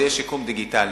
זה יהיה שיקום דיגיטלי.